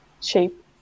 shape